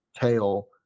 tail